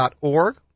org